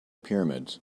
pyramids